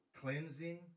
cleansing